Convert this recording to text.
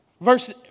Verse